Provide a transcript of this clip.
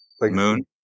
Moon